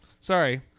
Sorry